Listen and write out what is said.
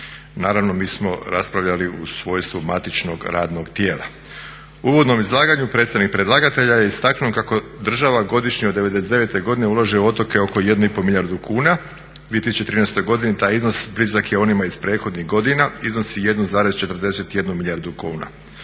Naravno, mi smo raspravljali u svojstvu matičnog radnog tijela. U uvodnom izlaganju predstavnik predlagatelja je istaknuo kako država godišnje od '99.-te godine ulaže u otoke oko 1,5 milijardu kuna. u 2013.godini taj iznos blizak je onima iz prethodnih godina, iznosi 1,41 milijardu kuna.